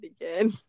again